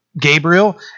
Gabriel